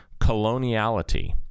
coloniality